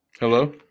Hello